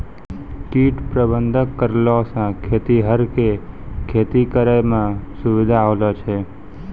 कीट प्रबंधक करलो से खेतीहर के खेती करै मे सुविधा होलो छै